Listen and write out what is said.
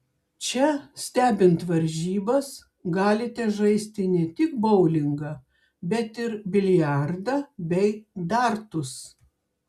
čia stebint varžybas galite žaisti ne tik boulingą bet ir biliardą bei dartus